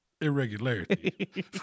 irregularity